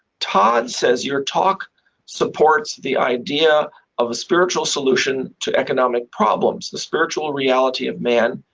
todd says your talk supports the idea of a spiritual solution to economic problems, the spiritual reality of man,